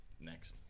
next